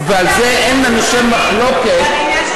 ועל זה, אני חושב, אין מחלוקת, עניין של